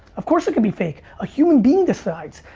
of course it can be fake. a human being decides.